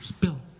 Bill